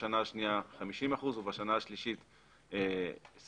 בשנה השנייה 50% ובשנה השלישית 25%,